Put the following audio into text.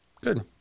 Good